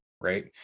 right